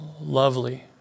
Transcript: lovely